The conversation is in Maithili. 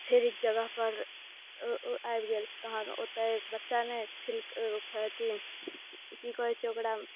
फेर एक जगहपर ओ आबि गेल तखन एक बच्चा नहि छिल अथि की कहैत छै ओकरा